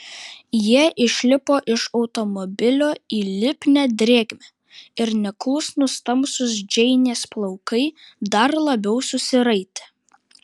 jie išlipo iš automobilio į lipnią drėgmę ir neklusnūs tamsūs džeinės plaukai dar labiau susiraitė